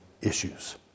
issues